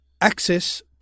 access